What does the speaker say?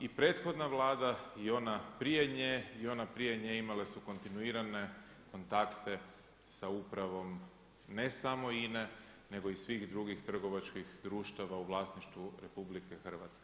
I prethodna Vlada i ona prije nje i ona prije imale su kontinuirane kontakte sa upravom ne samo INA-e nego i svih drugih trgovačkih društava u vlasništvu RH.